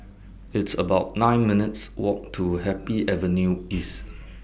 It's about nine minutes' Walk to Happy Avenue East